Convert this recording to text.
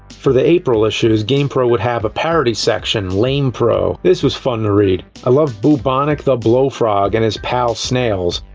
for the april issues, gamepro would have a parody section lamepro. this was fun to read. i love bubonic the blowfrog and his pal, snails.